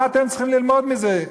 מה אתם צריכים ללמוד מזה,